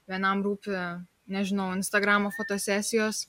vienam rūpi nežinau instagramo fotosesijos